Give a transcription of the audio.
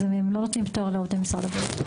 ולכן הם לא נותנים פטור לעובדי משרד הבריאות.